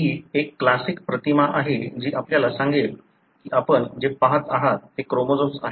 ही एक क्लासिक प्रतिमा आहे जी आपल्याला सांगेल की आपण जे पहात आहात ते क्रोमोझोम आहेत